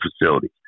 facilities